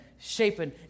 Shaping